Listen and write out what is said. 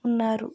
ఉన్నారు